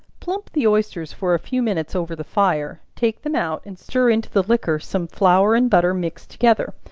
plump the oysters for a few minutes over the fire take them out and stir into the liquor some flour and butter mixed together,